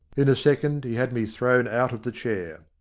in a second he had me thrown out of the chair.